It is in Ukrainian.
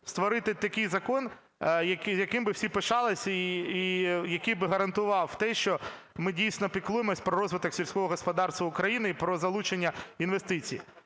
створити такий закон, яким би всі пишалися і який би гарантував те, що ми дійсно піклуємося про розвиток сільського господарства України і про залучення інвестицій.